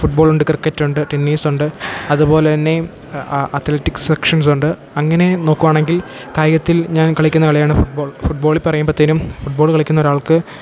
ഫുട്ബോളുണ്ട് ക്രിക്കറ്റുണ്ട് ടെന്നീസുണ്ട് അതു പോലെ തന്നെ അത്ലെറ്റിക്സ് സെക്ഷൻസുണ്ട് അങ്ങനേ നോക്കുകയാണെങ്കിൽ കായികത്തിൽ ഞാൻ കളിക്കുന്ന കളിയാണ് ഫുട്ബോൾ ഫുട്ബോൾ പറയുമ്പോഴത്തേനും ഫുട്ബോൾ കളിക്കുന്നവരാൾക്ക്